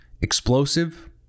explosive